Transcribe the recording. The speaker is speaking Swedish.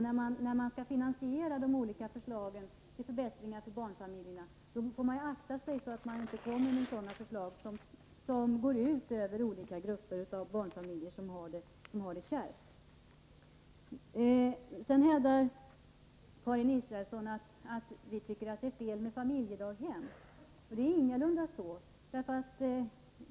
När man skall finansiera de olika förbättringar för barnfamiljerna som föreslagits får man akta sig, så att man inte kommer med sådana förslag som går ut över olika grupper av barnfamiljer som har det kärvt. Karin Israelsson hävdar att vi tycker att det är fel med familjedaghem, men det är ingalunda så.